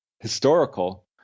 historical